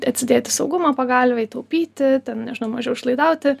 atsidėti saugumo pagalvei taupyti ten nežinau mažiau išlaidauti